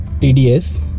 TDS